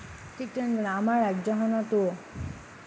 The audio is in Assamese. ঠিক তেনেদৰে আমাৰ ৰাজ্যখনতো